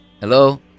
Hello